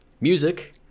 music